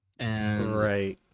Right